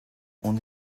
اون